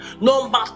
number